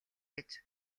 гэж